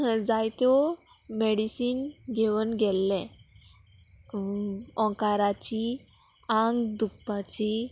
जायत्यो मेडिसीन घेवन गेल्ले ओंकाराची आंग दुकपाची